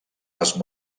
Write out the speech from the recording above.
les